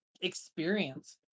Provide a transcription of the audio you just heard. experience